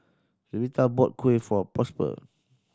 Luberta bought kuih for Prosper